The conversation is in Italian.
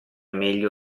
meglio